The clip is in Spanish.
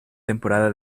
temporada